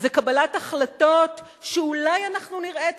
זה קבלת החלטות שאולי אנחנו נראה את